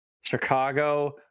Chicago